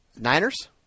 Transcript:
Niners